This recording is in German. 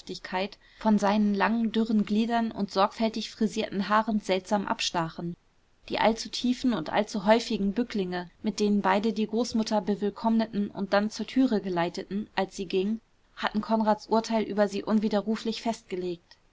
von seinen langen dürren gliedern und sorgfältig frisierten haaren seltsam abstachen die allzu tiefen und allzu häufigen bücklinge mit denen beide die großmutter bewillkommneten und dann zur türe geleiteten als sie ging hatten konrads urteil über sie unwiderruflich festgelegt